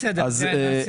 בסדר, תודה.